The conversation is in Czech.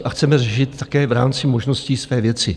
A chceme řešit také v rámci možností své věci.